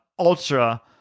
Ultra